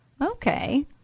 Okay